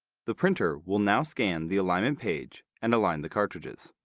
the printer will now scan the alignment page and align the cartridges.